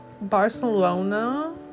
barcelona